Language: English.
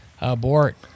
Abort